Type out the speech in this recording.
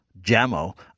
Jammo